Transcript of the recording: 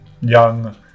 young